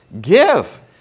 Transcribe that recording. give